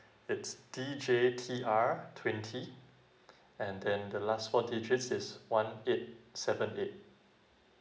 it's D J T R twenty and then the last four digits is one eight seven eight